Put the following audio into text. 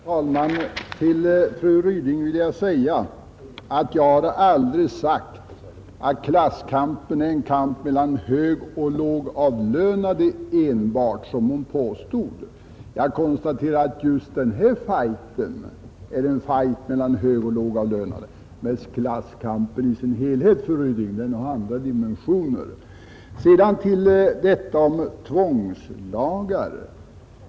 Herr talman! Till fru Ryding vill jag säga att jag aldrig, såsom hon påstod, yttrat att klasskampen enbart är en kamp mellan högoch lågavlönade. Jag konstaterade att just den här fighten är en fight mellan högoch lågavlönade, men klasskampen i sin helhet, fru Ryding, har andra dimensioner. Sedan till detta om tvångslagar.